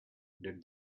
did